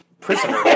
Prisoner